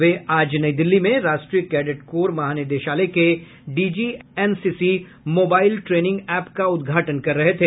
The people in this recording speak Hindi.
वे आज नई दिल्ली में राष्ट्रीय कैडेट कोर महानिदेशालय के डीजीएनसीसी मोबाइल ट्रेनिंग ऐप का उद्घाटन कर रहे थे